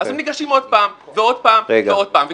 אז הם ניגשים עוד פעם ועוד פעם ועוד פעם.